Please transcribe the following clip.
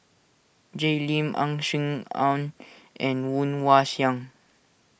Jay Lim Ang Aun and Woon Wah Siang